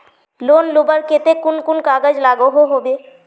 Loan लुबार केते कुन कुन कागज लागोहो होबे?